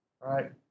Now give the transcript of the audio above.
right